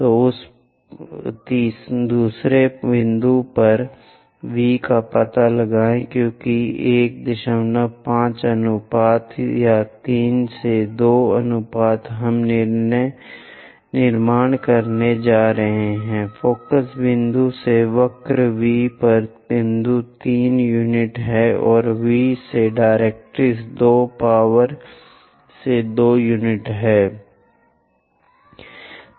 तो उस दूसरे बिंदु पर V का पता लगाएं क्योंकि 15 अनुपात या 3 से 2 अनुपात हम निर्माण करने जा रहे हैं फोकस बिंदु से वक्र V पर बिंदु 3 यूनिट है और V से डायरेक्ट्रिक्स 2 पावर से 2 यूनिट है